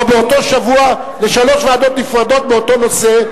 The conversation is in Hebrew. או באותו שבוע לשלוש ועדות נפרדות באותו נושא,